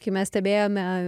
kai mes stebėjome